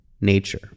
nature